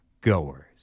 goers